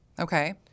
Okay